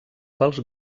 pels